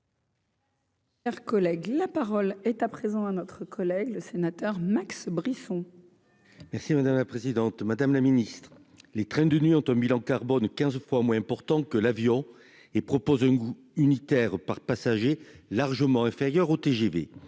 R collègue, la parole est à présent à notre collègue le sénateur Max Brisson. Merci madame la présidente, madame la Ministre, les trains de nuit ont un bilan carbone 15 fois moins important que l'avion et propose un coût unitaire par passager largement inférieur au TGV